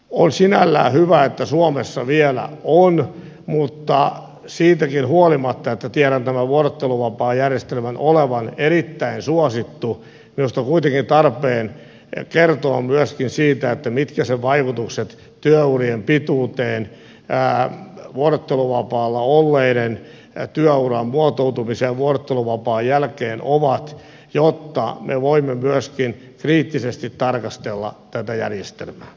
on sinällään hyvä että suomessa vielä on mutta siitäkin huolimatta että tiedän tämän vuorotteluvapaajärjestelmän olevan erittäin suosittu minusta on kuitenkin tarpeen kertoa myöskin siitä mitkä sen vaikutukset työurien pituuteen vuorotteluvapaalla olleiden työuran muotoutumiseen vuorotteluvapaan jälkeen ovat jotta me voimme myöskin kriittisesti tarkastella tätä järjestelmää